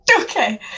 Okay